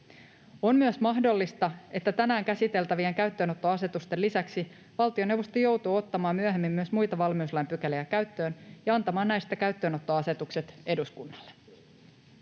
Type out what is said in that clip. On myös mahdollista, että tänään käsiteltävien käyttöönottoasetusten lisäksi valtioneuvosto joutuu ottamaan myöhemmin myös muita valmiuslain pykäliä käyttöön ja antamaan näistä käyttöönottoasetukset eduskunnalle.